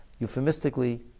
euphemistically